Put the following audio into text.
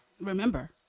Remember